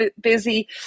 busy